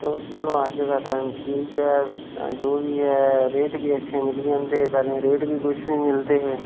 तो चलो अज्ज दा टैम ठीक ऐ जो बी ऐ रेट बी अच्छे मिली जंदे पैह्लें रेट बी कुछ निं मिलदे हे